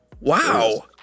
Wow